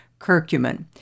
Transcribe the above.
curcumin